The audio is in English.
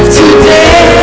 today